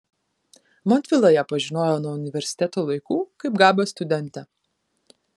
montvila ją pažinojo nuo universiteto laikų kaip gabią studentę